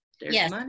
yes